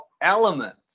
element